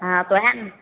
हँ तऽ ओएह ने